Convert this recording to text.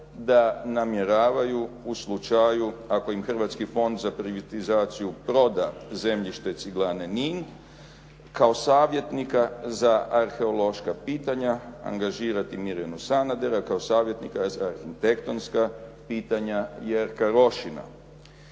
da namjeravaju u slučaju ako im Hrvatski fond za privatizaciju proda zemljište ciglane NIN kao savjetnika za arheološka pitanja angažirati Mirjanu Sanadera kao savjetnika za arhitektonska pitanja Jerka Rožina.